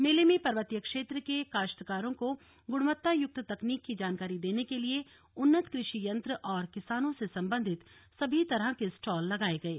मेले में पर्वतीय क्षेत्र के काश्तकारों को गुणवत्ता युक्त तकनीक की जानकारी देने के लिए उन्नत कृषि यंत्र और किसानों से संबंधित सभी तरह के स्टॉल लगाये गये